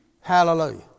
Hallelujah